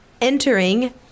Entering